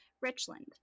Richland